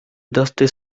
dusty